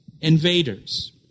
invaders